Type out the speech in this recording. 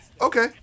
okay